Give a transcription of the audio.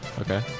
Okay